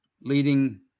leading